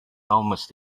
almost